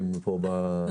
מחדש.